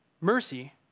Mercy